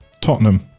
Tottenham